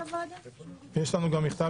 יש פה מכתב